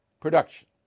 production